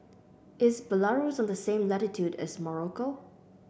is Belarus on the same latitude as Morocco